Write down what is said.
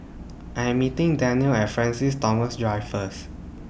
I'm meeting Danielle At Francis Thomas Drive First